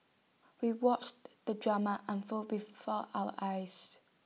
we watched the drama unfold before our eyes